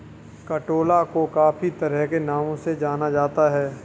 कंटोला को काफी तरह के नामों से जाना जाता है